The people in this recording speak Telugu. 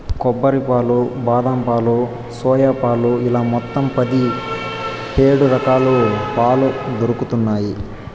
కొబ్బరి పాలు, బాదం పాలు, సోయా పాలు ఇలా మొత్తం పది హేడు రకాలుగా పాలు దొరుకుతన్నాయి